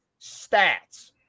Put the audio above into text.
stats